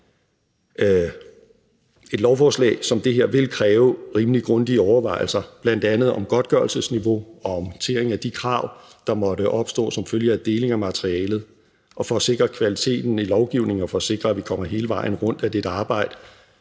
Et lovforslag som det her vil kræve rimelig grundige overvejelser, bl.a. om godtgørelsesniveauet og om håndteringen af de krav, der måtte opstå som følge af deling af materialet. Og for at sikre kvaliteten i lovgivningen og for at sikre, at vi kommer hele vejen rundt, er det et arbejde,